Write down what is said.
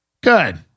Good